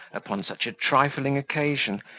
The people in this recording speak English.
upon such a trifling occasion,